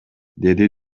деди